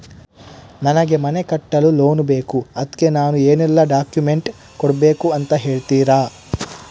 ನನಗೆ ಮನೆ ಕಟ್ಟಲು ಲೋನ್ ಬೇಕು ಅದ್ಕೆ ನಾನು ಏನೆಲ್ಲ ಡಾಕ್ಯುಮೆಂಟ್ ಕೊಡ್ಬೇಕು ಅಂತ ಹೇಳ್ತೀರಾ?